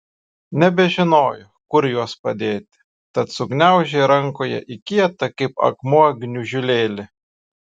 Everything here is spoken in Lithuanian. nebežinojo kur juos padėti tad sugniaužė rankoje į kietą kaip akmuo gniužulėlį